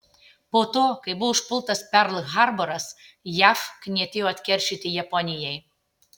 po to kai buvo užpultas perl harboras jav knietėjo atkeršyti japonijai